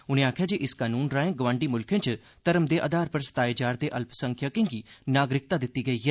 उनें आखेआ जे इस कानून राएं गवांडी मुल्खें च घर्म दे आधार पर सताये जा'रदे अल्पसंख्यकें गी नागरिकता दित्ती गेई ऐ